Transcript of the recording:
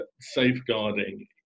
safeguarding